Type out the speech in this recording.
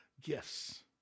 gifts